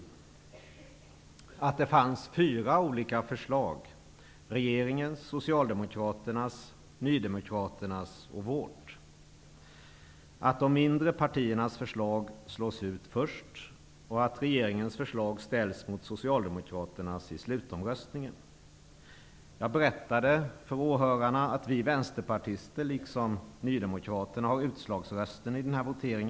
Jag förklarade att det finns fyra olika förslag -- regeringens, socialdemokraternas, nydemokraternas och vårt -- och att de mindre partiernas förslag slås ut först och att regeringens förslag ställs mot Socialdemokraternas i slutomröstningen. Jag berättade för åhörarna att vi vänsterpartister, liksom nydemokraterna, har utslagsrösterna i denna votering.